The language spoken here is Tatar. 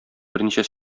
берничә